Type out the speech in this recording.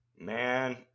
Man